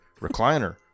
recliner